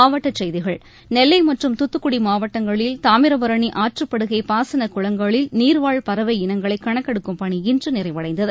மாவட்டச் செய்திகள் நெல்லை மற்றும் தூத்துக்குடி மாவட்டங்களில் தாமிரபரணி ஆற்றுப்படுகை பாசனக் குளங்களில் நீர்வாழ் பறவை இனங்களை கணக்கெடுக்கும் பணி இன்று நிறைவடைந்தது